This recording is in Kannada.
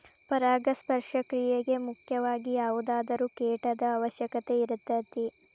ಪರಾಗಸ್ಪರ್ಶ ಕ್ರಿಯೆಗೆ ಮುಖ್ಯವಾಗಿ ಯಾವುದಾದರು ಕೇಟದ ಅವಶ್ಯಕತೆ ಇರತತಿ